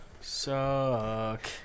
suck